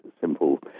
simple